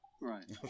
Right